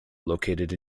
located